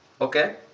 okay